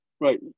right